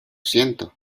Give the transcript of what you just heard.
siento